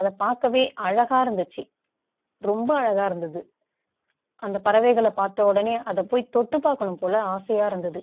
அதை பார்க்கவே அழகாக இருந்துச்சி ரொம்ப அழகாக இருந்தது அந்த பறவைகளை பார்த்த உடனே அதை போய் தொட்டு பார்க்கணும் போல ஆசையாக இருந்தது